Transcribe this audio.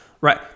right